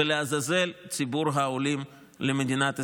ולעזאזל ציבור העולים למדינת ישראל.